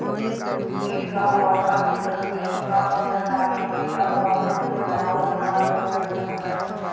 किट ह पौधा के पत्ती का कुतर डाले हे ता पौधा के बचाओ बर का करे जाथे सकत हे?